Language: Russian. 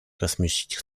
космических